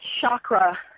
chakra